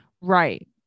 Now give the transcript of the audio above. Right